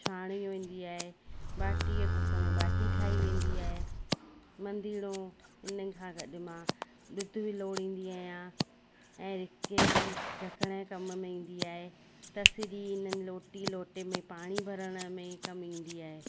छाणी वेंदी आहे ॿाटी जे कूकर में ॿाटी ठाही वेंदी आहे मंधिड़ो इन्हनि खां गॾु मां बितूं बि लोणींदी आहियां ऐं रिकेबी ढकण जे कम में ईंदी आहे तसिरी इन्हनि लोटी लोटे में पाणी भरण में कमु ईंदी आहे